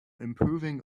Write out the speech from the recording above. improving